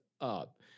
up